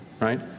Right